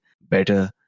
better